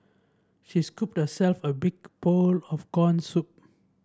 she scooped herself a big bowl of corn soup